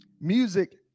Music